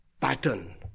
pattern